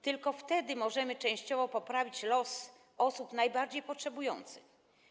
Tylko wtedy możemy częściowo poprawić los osób najbardziej potrzebujących.